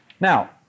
Now